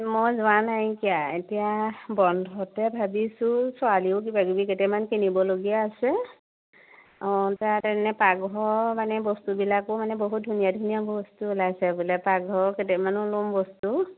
মই যোৱা নাইকিয়া এতিয়া বন্ধতে ভাবিছোঁ ছোৱালীও কিবা কিবি কেইটামান কিনিবলগীয়া আছে অঁ তাতে এনে পাকঘৰ মানে বস্তুবিলাকো মানে বহুত ধুনীয়া ধুনীয়া বস্তু ওলাইছে বোলে পাকঘৰৰ কেইটামানো ল'ম বস্তু